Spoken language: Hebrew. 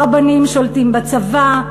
הרבנים שולטים בצבא,